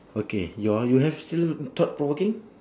okay your one you have still thought-provoking